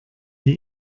die